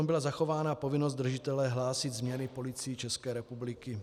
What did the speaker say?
Přitom byla zachována povinnost držitele hlásit změny policii České republiky.